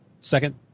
second